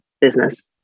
business